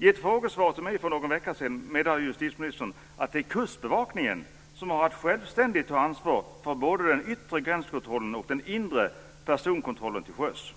I ett frågesvar till mig för någon vecka sedan meddelade justitieministern att det är Kustbevakningen som själv har att ta ansvar för både den yttre gränskontrollen och den inre personkontrollen till sjöss.